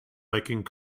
making